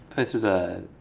this is a